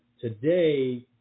Today